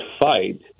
fight